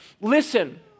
Listen